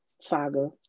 saga